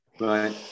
Right